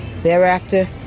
Thereafter